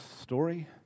story